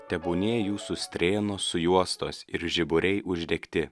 tebūnie jūsų strėnos sujuostos ir žiburiai uždegti